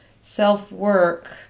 self-work